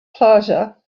plaza